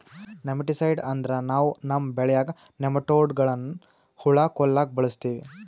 nematicide ಅಂದ್ರ ನಾವ್ ನಮ್ಮ್ ಬೆಳ್ಯಾಗ್ ನೆಮಟೋಡ್ಗಳ್ನ್ ಹುಳಾ ಕೊಲ್ಲಾಕ್ ಬಳಸ್ತೀವಿ